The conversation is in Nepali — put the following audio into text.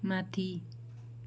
माथि